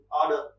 order